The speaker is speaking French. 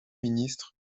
ministre